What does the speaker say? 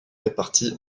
réparties